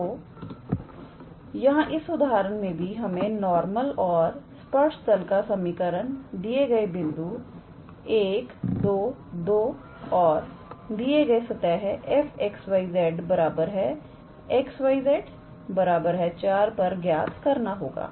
तोयहां इस उदाहरण में भी हमें नॉर्मल और स्पर्श तल का समीकरण दिए गए बिंदु122 और दिए गए सतह 𝑓𝑥 𝑦 𝑧 𝑥𝑦𝑧 4 पर ज्ञात करना होगा